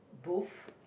booth